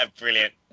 Brilliant